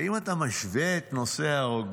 האם אתה משווה את נושא הרוגלות